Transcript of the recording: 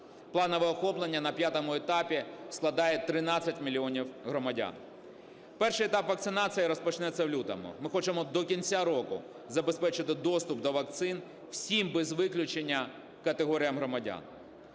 Планове охоплення на п'ятому етапі складає 13 мільйонів громадян. Перший етап вакцинації розпочнеться в лютому. Ми хочемо до кінця року забезпечити доступ до вакцин всім без виключення категоріям громадян.